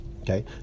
okay